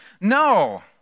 No